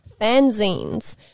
fanzines